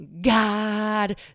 God